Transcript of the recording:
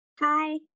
Hi